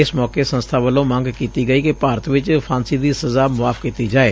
ਇਸ ਮੌਕੇ ਸੰਸਬਾ ਵਲੋਂ ਮੰਗ ਕੀਤੀ ਗਈ ਕਿ ਭਾਰਤ ਵਿਚ ਫਾਂਸੀ ਦੀ ਸਜ਼ਾ ਮੁਆਫ਼ ਕੀਤੀ ਜਾਏ